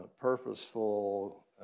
purposeful